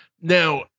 Now